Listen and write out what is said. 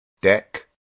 deck